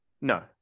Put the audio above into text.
No